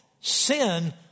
sin